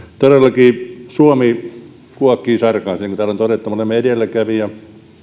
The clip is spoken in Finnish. todellakin suomi kuokkii sarkaansa niin kuin täällä on todettu me olemme edelläkävijä